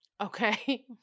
Okay